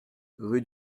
rue